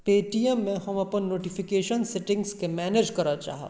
पेटीएममे हम अपन नोटिफिकेशन सेटिंग्सकेँ मैनेज करय चाहब